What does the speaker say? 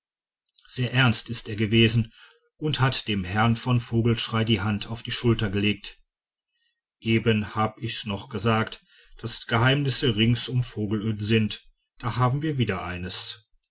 sehr ernst ist er gewesen und hat dem herrn von vogelschrey die hand auf die schulter gelegt eben hab ich noch gesagt daß geheimnisse rings um vogelöd sind da haben wir wieder eines